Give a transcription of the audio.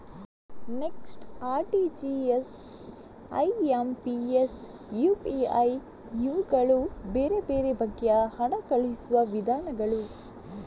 NEFT, RTGS, IMPS, UPI ಇವುಗಳು ಬೇರೆ ಬೇರೆ ಬಗೆಯ ಹಣ ಕಳುಹಿಸುವ ವಿಧಾನಗಳು